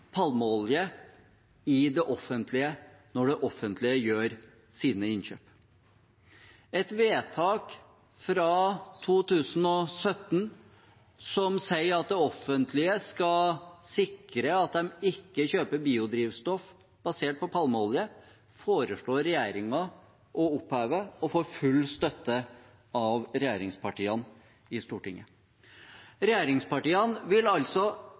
når det offentlige gjør sine innkjøp. Et vedtak fra 2017 som sier at det offentlige skal sikre at de ikke kjøper biodrivstoff basert på palmeolje, foreslår regjeringen å oppheve, og de får full støtte av regjeringspartiene i Stortinget. Regjeringspartiene vil altså